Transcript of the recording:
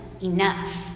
enough